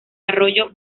arroyo